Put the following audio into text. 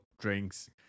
drinks